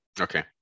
Okay